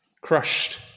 crushed